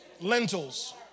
Lentils